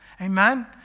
Amen